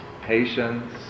patience